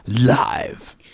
live